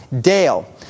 dale